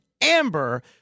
Amber